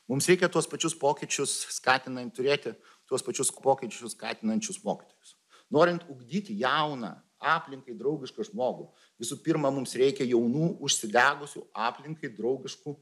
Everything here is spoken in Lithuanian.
mums reikia tuos pačius pokyčius skatinant turėti tuos pačius pokyčius skatinančius mokytojus norint ugdyti jauną aplinkai draugišką žmogų visų pirma mums reikia jaunų užsidegusių aplinkai draugiškų